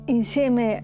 insieme